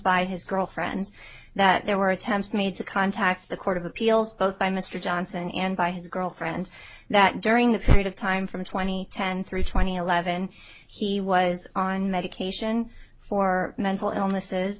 by his girlfriend that there were attempts made to contact the court of appeals both by mr johnson and by his girlfriend that during that period of time from twenty ten through twenty eleven he was on medication for mental